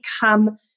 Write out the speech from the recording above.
become